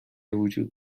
وجود